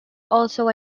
also